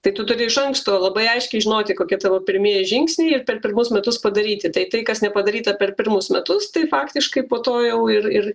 tai tu turi iš anksto labai aiškiai žinoti kokie tavo pirmieji žingsniai ir per pirmus metus padaryti tai tai kas nepadaryta per pirmus metus tai faktiškai po to jau ir ir